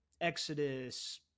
Exodus